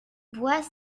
bois